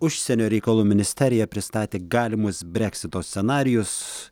užsienio reikalų ministerija pristatė galimus breksito scenarijus